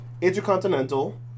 Intercontinental